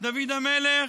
דוד המלך,